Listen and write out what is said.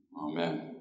Amen